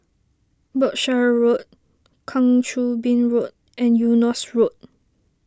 Berkshire Road Kang Choo Bin Road and Eunos Road